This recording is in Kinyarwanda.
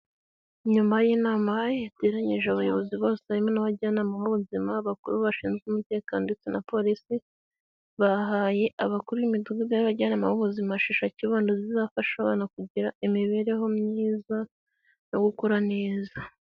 Nyuma y'inama yateranyije abayobozi bose harimo n'abajyanama b'ubuzima, abakuru bashinzwe umutekano ndetse na polisi bahaye abakuru b'imidugudu y'abajyanama b'ubuzima shisha kibondo zizafasha abana kugira imibereho myiza no gukura neza.